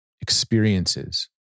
experiences